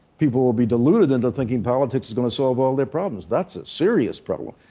people will be deluded into thinking politics is going to solve all their problems. that's a serious problem.